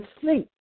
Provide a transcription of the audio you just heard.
sleep